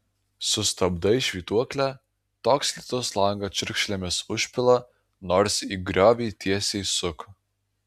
sustabdai švytuoklę toks lietus langą čiurkšlėmis užpila nors į griovį tiesiai suk